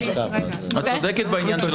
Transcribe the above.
אבל לומר אוטומטית שיש פה אדם שאני מטיל על ראשו,